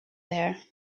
there